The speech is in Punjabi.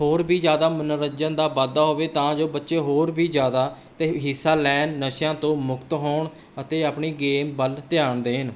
ਹੋਰ ਵੀ ਜ਼ਿਆਦਾ ਮਨੋਰੰਜਨ ਦਾ ਵਾਧਾ ਹੋਵੇ ਤਾਂ ਜੋ ਬੱਚੇ ਹੋਰ ਵੀ ਜ਼ਿਆਦਾ ਅਤੇ ਹਿੱਸਾ ਲੈਣ ਨਸ਼ਿਆਂ ਤੋਂ ਮੁਕਤ ਹੋਣ ਅਤੇ ਆਪਣੀ ਗੇਮ ਵੱਲ ਧਿਆਨ ਦੇਣ